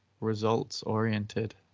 results-oriented